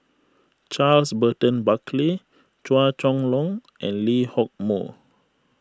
Charles Burton Buckley Chua Chong Long and Lee Hock Moh